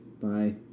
bye